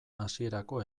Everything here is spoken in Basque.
hasierako